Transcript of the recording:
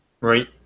right